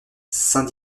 saint